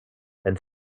and